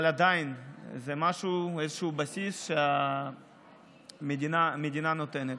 אבל עדיין זה משהו, איזשהו בסיס שהמדינה נותנת.